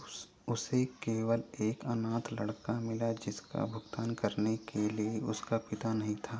उसे केवल एक अनाथ लड़का मिला जिसका भुगतान करने के लिए उसका पिता नहीं था